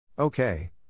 Okay